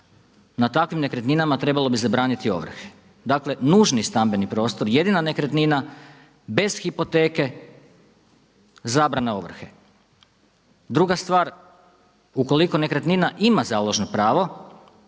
na takvim nekretninama trebalo bi zabraniti ovrhe. Dakle nužni stambeni prostor, jedina nekretnina bez hipoteke zabrana ovrhe. Druga stvar, ukoliko nekretnina ima založno pravo